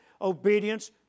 Obedience